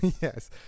yes